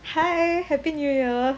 hi happy new year